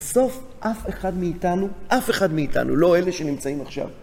בסוף אף אחד מאיתנו, אף אחד מאיתנו, לא אלה שנמצאים עכשיו.